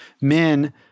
men